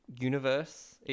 universe